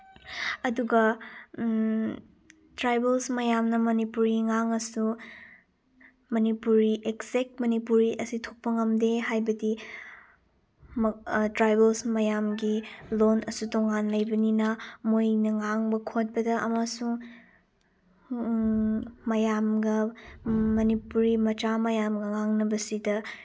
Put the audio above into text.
ꯑꯗꯨꯒ ꯇ꯭ꯔꯥꯕꯦꯜꯁ ꯃꯌꯥꯝꯅ ꯃꯅꯤꯄꯨꯔꯤ ꯉꯥꯡꯉꯁꯨ ꯃꯅꯤꯄꯨꯔꯤ ꯑꯦꯛꯖꯦꯛ ꯃꯅꯤꯄꯨꯔꯤ ꯑꯁꯤ ꯊꯣꯛꯄ ꯉꯝꯗꯦ ꯍꯥꯏꯕꯗꯤ ꯇ꯭ꯔꯥꯕꯦꯜꯁ ꯃꯌꯥꯝꯒꯤ ꯂꯣꯟꯁꯨ ꯇꯣꯉꯥꯟ ꯂꯩꯕꯅꯤꯅ ꯃꯣꯏꯅ ꯉꯥꯡꯕ ꯈꯣꯠꯄꯗ ꯑꯃꯁꯨꯡ ꯃꯌꯥꯝꯒ ꯃꯅꯤꯄꯨꯔꯤ ꯃꯆꯥ ꯃꯌꯥꯝꯒ ꯉꯥꯡꯅꯕꯁꯤꯗ